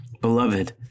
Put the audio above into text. Beloved